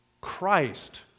Christ